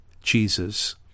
Jesus